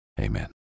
Amen